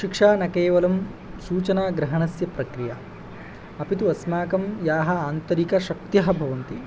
शिक्षा न केवलं सूचनाग्रहणस्य प्रक्रिया अपि तु अस्माकं याः आन्तरिकशक्त्यः भवन्ति